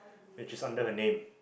which is under her name